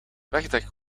wegdek